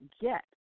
Get